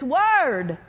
word